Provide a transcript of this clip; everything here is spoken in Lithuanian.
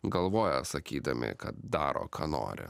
galvoja sakydami kad daro ką nori